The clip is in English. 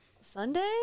Sunday